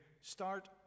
start